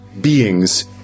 beings